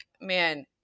man